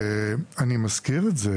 אני מזכיר את זה